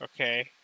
okay